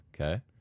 Okay